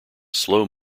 slow